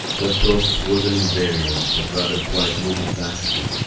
that process wasn't invariant, but rather quite multifaceted.